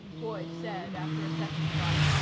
boyd said after a second's thought,